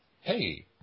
hey